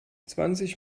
zwanzig